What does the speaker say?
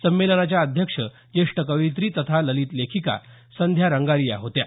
संमेलनाच्या अध्यक्ष ज्येष्ठ कवयित्री तथा ललित लेखिका संध्या रंगारी या होत्या